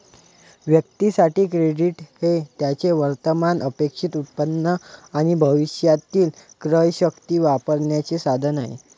व्यक्तीं साठी, क्रेडिट हे त्यांचे वर्तमान अपेक्षित उत्पन्न आणि भविष्यातील क्रयशक्ती वापरण्याचे साधन आहे